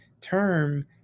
term